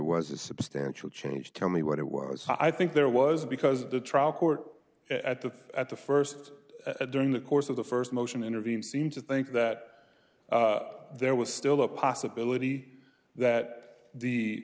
was a substantial change tell me what it was i think there was because the trial court at the at the st during the course of the st motion intervened seemed to think that there was still a possibility that the